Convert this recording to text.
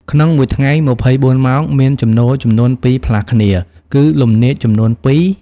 ក្នុងមួយថ្ងៃ ២៤ ម៉ោង មានជំនោរចំនួនពីរផ្លាស់គ្នា និងលំនាចចំនួនពីរ ។